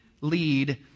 lead